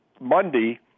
monday